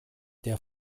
der